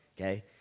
okay